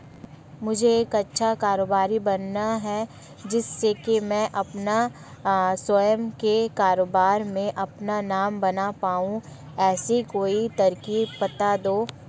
मुझे एक अच्छा कारोबारी बनना है जिससे कि मैं अपना स्वयं के कारोबार में अपना नाम बना पाऊं ऐसी कोई तरकीब पता दो?